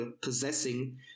possessing